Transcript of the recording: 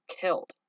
killed